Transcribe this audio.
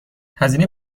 هزینه